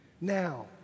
Now